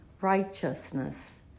righteousness